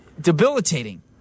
debilitating